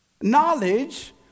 Knowledge